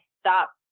stop